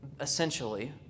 essentially